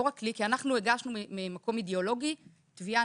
לא רק לי כי אנחנו הגשנו ממקום אידיאולוגי תביעה